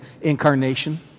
Incarnation